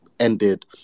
ended